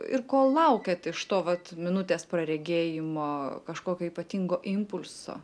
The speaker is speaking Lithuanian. ir ko laukiat iš to vat minutės praregėjimo kažkokio ypatingo impulso